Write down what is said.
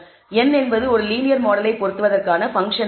n என்பது ஒரு linear மாடலை பொருத்துவதற்காண பங்க்ஷன் ஆகும்